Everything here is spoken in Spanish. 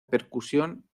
percusión